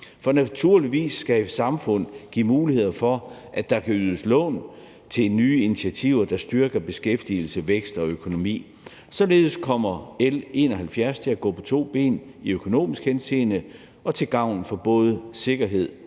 For naturligvis skal et samfund give muligheder for, at der kan ydes lån til nye initiativer, der styrker beskæftigelse, vækst og økonomi. Således kommer L 71 til at gå på to ben – i økonomisk henseende og til gavn for både sikkerhed og